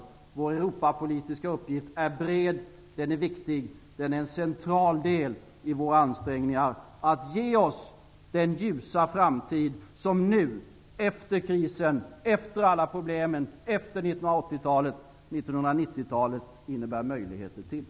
Vår europapolitiska uppgift är bred, viktig och en central del i våra ansträngningar att ge oss den ljusa framtid som nu 1990-talet -- efter krisen, efter alla problemen och efter 1980-talet -- innebär möjligheter till.